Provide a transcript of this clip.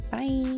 Bye